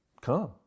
come